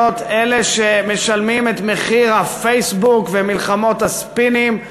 אלה שמשלמים את מחיר הפייסבוק ומלחמות הספינים.